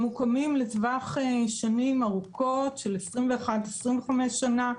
הם מוקמים לטווח שנים ארוכות, של 21 25 שנה.